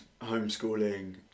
homeschooling